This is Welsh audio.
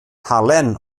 halen